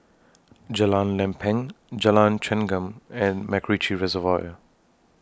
Jalan Lempeng Jalan Chengam and Macritchie Reservoir